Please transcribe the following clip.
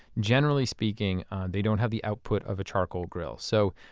generally speaking they don't have the output of a charcoal grill. so,